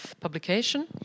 publication